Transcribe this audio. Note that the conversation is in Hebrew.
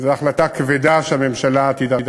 זו החלטה כבדה שהממשלה תידרש לה.